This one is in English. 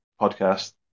podcast